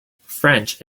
french